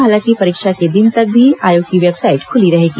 हालांकि परीक्षा के दिन तक भी आयोग की वेबसाइट खुली रहेगी